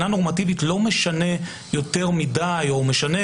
שנורמטיבית לא משנה יותר מדי או משנה